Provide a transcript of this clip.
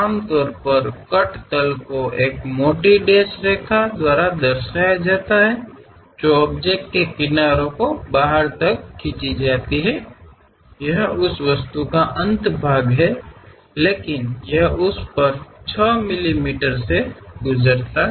आमतौर पर कट तल को एक मोटी डेश रेखा द्वारा दर्शाया जाता है जो ऑब्जेक्ट के किनारे को बाहर तक खींची जाती है यह उस वस्तु का अंत भाग है लेकिन यह उस पर 6 मिमी से गुजरता है